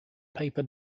paper